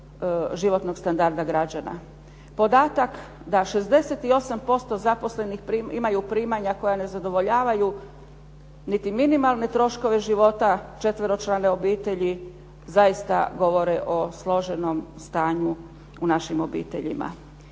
životnog standarda građana. Podatak da 68% zaposlenih imaju primanja koja ne zadovoljavaju niti minimalne troškove života četveročlane obitelji zaista govore o složenom stanju u našim obiteljima.